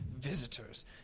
Visitors